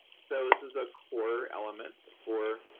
so, this is a core element for